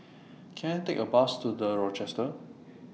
Can I Take A Bus to The Rochester